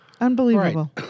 Unbelievable